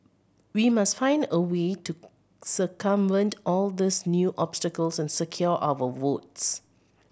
we must find a way to circumvent all these new obstacles and secure our votes